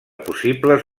possibles